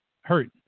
hurt